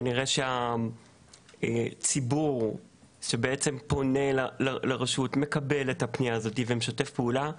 נראה שהציבור שבעצם פונה לרשות מקבל את הפניה הזאת ומשתף פעולה,